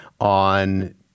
on